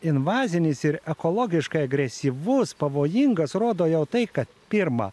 invazinis ir ekologiškai agresyvus pavojingas rodo jau tai kad pirma